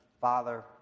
father